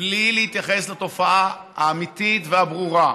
בלי להתייחס לתופעה האמיתית והברורה: